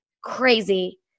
crazy